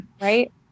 right